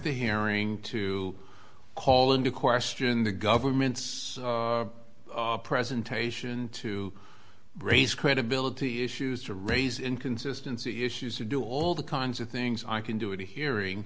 the hearing to call into question the government's presentation to raise credibility issues to raise inconsistency issues to do all the kinds of things i can do a hearing